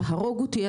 תהרוג אותי,